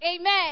Amen